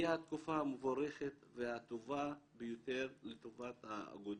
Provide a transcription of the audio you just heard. היא התקופה המבורכת והטובה ביותר לטובת האגודות.